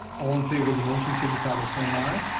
all in favor of the motion, signify by saying aye.